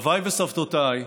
סביי וסבתותיי,